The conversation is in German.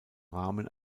rahmen